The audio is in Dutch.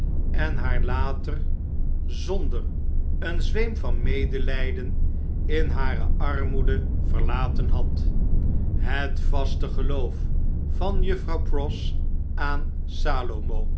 en haar later zon der een zweem van medelijden in hare armoede verlaten had het vaste geloof van juffrouw pross aan salomo